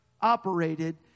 operated